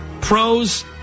pros